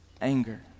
Anger